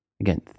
Again